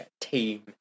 team